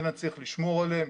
כן אני צריך לשמור עליהם,